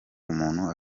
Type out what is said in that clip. umuntu